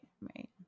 right